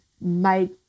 made